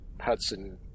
Hudson